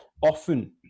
Often